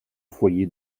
foyer